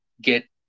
get